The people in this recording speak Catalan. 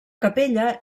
capella